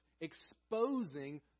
exposing